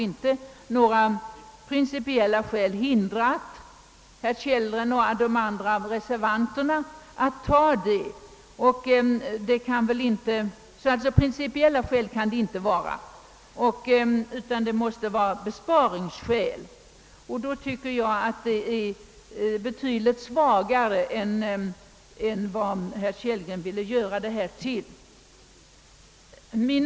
Några principiella skäl hindrade alltså inte herr Kellgren och de andra reservanterna från att acceptera detta ökade anslag. Det kan alltså inte finnas några principiella skäl, utan det mäste röra sig om besparingsskäl, och då tycker jag att reservanternas ställning är betydligt svagare än herr Kellgren ville göra den till.